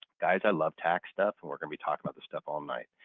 guys, i love tax stuff and we're going to be talking about this stuff all night.